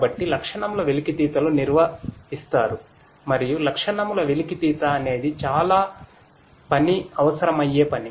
కాబట్టి లక్షణముల వెలికితీతలు నిర్వహిస్తారు మరియు లక్షణముల వెలికితీత అనేది చాలా పని అవసరమయ్యే పని